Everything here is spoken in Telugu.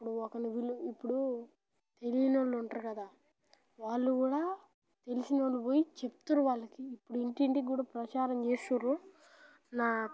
ఇప్పుడు ఒక్కరిని వీళ్ళు ఇప్పుడు తెలియన వాళ్ళు ఉంటారు కదా వాళ్ళు కూడా తెలిసిన వాళ్ళకు పోపు చెప్తుర్రు వాళ్ళకి ఇప్పుడు ఇంటింటికి కూడా ప్రచారం చేస్తుర్రు నా